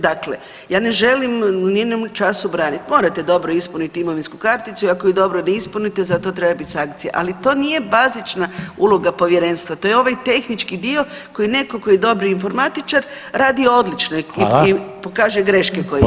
Dakle, ja ne želim ni u jednom času braniti, morate dobro ispuniti imovinsku karticu i ako ju dobro ne ispunite za to treba biti sankcija, ali to nije bazična uloga povjerenstva, to je ovaj tehnički dio koji netko to je dobar informatičar radi odlično i [[Upadica: Hvala.]] pokaže greške koje jesu.